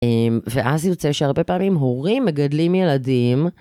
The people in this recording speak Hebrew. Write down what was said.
ואז יוצא שהרבה פעמים הורים מגדלים ילדים